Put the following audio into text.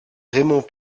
raymond